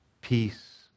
peace